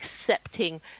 accepting